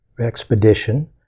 expedition